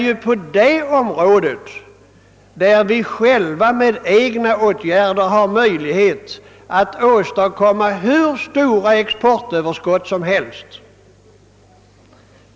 På det området har vi möjligheter att med egna åtgär der åstadkomma hur stora exportöverskott som helst.